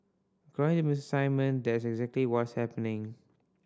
Mister Simon that's exactly what's happening